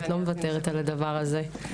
את לא מוותרת על הדבר הזה.